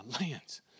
lands